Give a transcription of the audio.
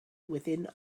within